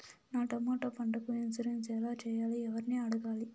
నా టమోటా పంటకు ఇన్సూరెన్సు ఎలా చెయ్యాలి? ఎవర్ని అడగాలి?